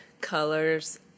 colors